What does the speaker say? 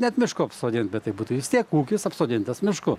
net mišku apsodint bet tai būtų vis tiek ūkis apsodintas mišku